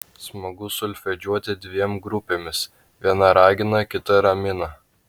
smagu solfedžiuoti dviem grupėmis viena ragina kita ramina